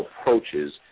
approaches